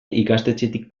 ikastetxetik